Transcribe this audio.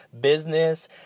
business